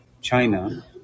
China